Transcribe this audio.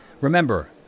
Remember